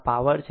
આમ આ પાવર છે